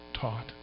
taught